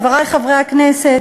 חברי חברי הכנסת,